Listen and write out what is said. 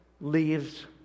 leaves